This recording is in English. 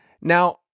Now